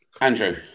Andrew